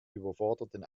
überforderten